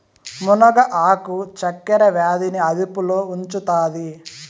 మునగ ఆకు చక్కర వ్యాధి ని అదుపులో ఉంచుతాది